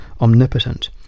omnipotent